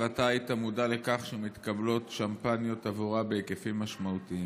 ואתה היית מודע לכך שמתקבלות שמפניות עבורה בהיקפים משמעותיים.